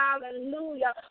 hallelujah